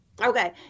okay